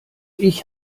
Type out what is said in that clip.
ich